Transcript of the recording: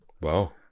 Wow